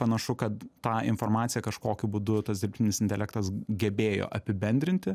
panašu kad tą informaciją kažkokiu būdu tas dirbtinis intelektas gebėjo apibendrinti